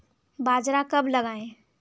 बाजरा कब लगाएँ?